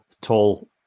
tall